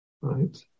Right